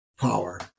power